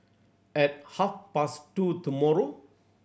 at half past two tomorrow